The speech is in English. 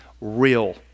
real